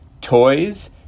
toys